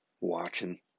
watching